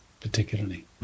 particularly